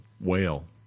Whale